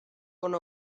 one